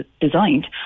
designed